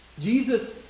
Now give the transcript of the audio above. Jesus